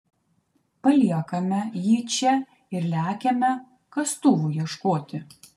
paliekame jį čia ir lekiame kastuvų ieškoti